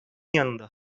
yanında